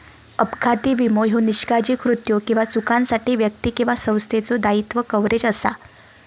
अपघाती विमो ह्यो निष्काळजी कृत्यो किंवा चुकांसाठी व्यक्ती किंवा संस्थेचो दायित्व कव्हरेज असा